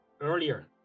earlier